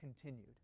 continued